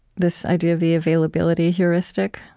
this idea of the availability heuristic,